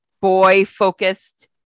boy-focused